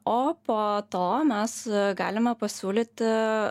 o po to mes galime pasiūlyti